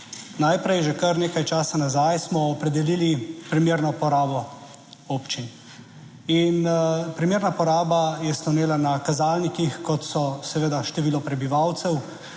Najprej, že kar nekaj časa nazaj smo opredelili primerno porabo občin in primerna poraba je slonela na kazalnikih kot so seveda število prebivalcev,